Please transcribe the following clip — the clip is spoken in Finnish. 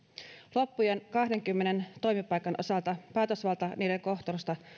loppujen kahdenkymmenen toimipaikan osalta päätösvalta niiden kohtalosta